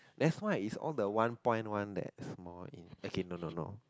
that's why is all the one point one that small in okay no no no